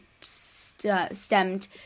stemmed